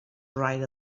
right